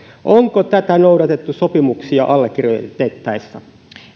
onko tätä noudatettu sopimuksia allekirjoitettaessa